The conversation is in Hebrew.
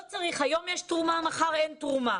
לא צריך היום יש תרומה, מחר אין תרומה.